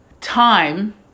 time